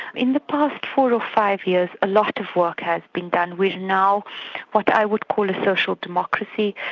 in the past four or five years, a lot of work has been done. we're now what i would call a social democracy.